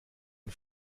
ein